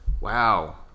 Wow